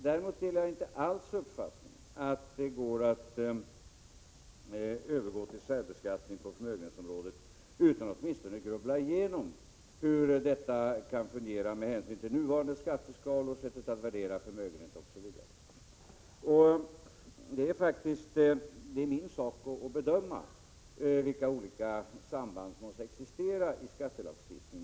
Däremot delar jag inte alls uppfattningen att det går att övergå till särbeskattning på förmögenhetsområdet utan att åtminstone grubbla igenom hur detta kan fungera med hänsyn till nuvarande skatteskalor, sättet att värdera förmögenhet, osv. Det är min sak att bedöma vilka olika samband som existerar i skattelagstiftningen.